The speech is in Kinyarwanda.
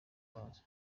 bazo